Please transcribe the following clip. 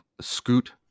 Scoot